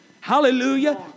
Hallelujah